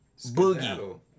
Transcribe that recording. Boogie